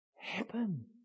happen